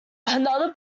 another